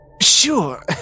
Sure